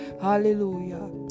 Hallelujah